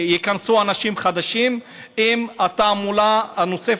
ייכנסו אנשים חדשים עם התעמולה הנוספת,